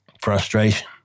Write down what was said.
frustration